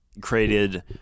created